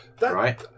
right